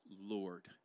Lord